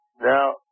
Now